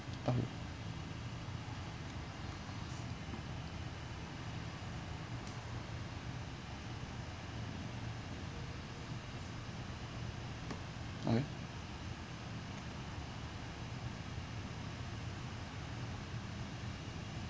oh okay